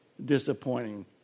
Disappointing